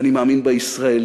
ואני מאמין בישראלים,